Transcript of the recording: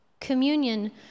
communion